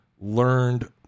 learned